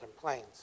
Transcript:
Plains